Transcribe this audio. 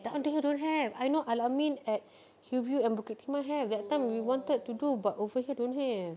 down there don't have I know al-amin at hillview and bukit timah have that time we wanted to do but over here don't have